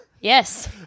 Yes